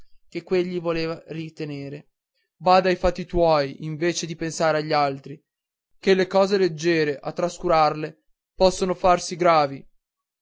che quegli volea ritenere bada ai fatti tuoi invece di pensare agli altri ché anche le cose leggiere a trascurarle possono farsi gravi